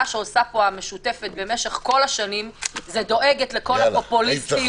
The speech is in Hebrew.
מה שעושה פה המשותפת במשך כל השנים זה דואגת לכל הפופוליסטיות,